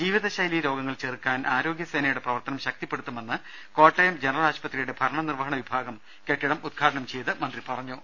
ജീവിതശൈലീ രോഗങ്ങൾ ചെറുക്കാൻ ആരോഗ്യസേനയുടെ പ്രവർത്തനം ശക്തിപ്പെടുത്തുമെന്ന് കോട്ടയം ജനറൽ ആശുപത്രിയുടെ ഭരണനിർവഹണ വിഭാഗം കെട്ടിടം ഉദ്ഘാടനം ചെയ്ത് മന്ത്രി പറഞ്ഞു